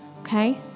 Okay